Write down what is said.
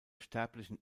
sterblichen